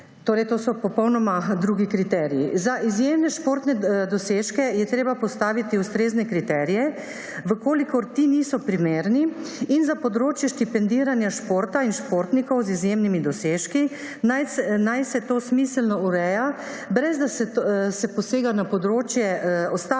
To so torej popolnoma drugi kriteriji. Za izjemne športne dosežke je treba postaviti ustrezne kriterije, če ti niso primerni, in za področje štipendiranja športa in športnikov z izjemnimi dosežki naj se to smiselno ureja, ne da se posega na področje ostalih